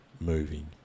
moving